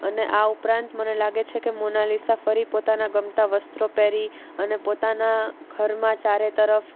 અને આ ઉપરાંત મને લાગે છે કે મોનાલીસા ફરી પોતાના ગમતા વસ્ત્રો પેરી અને પોતાના ઘરમાં ચારે તરફ